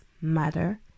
matter